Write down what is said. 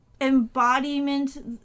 embodiment